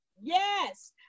Yes